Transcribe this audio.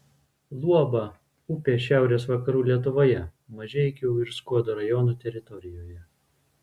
luoba upė šiaurės vakarų lietuvoje mažeikių ir skuodo rajonų teritorijoje